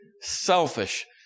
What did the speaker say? selfish